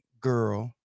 girl